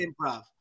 improv